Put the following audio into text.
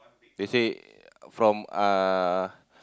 they say from uh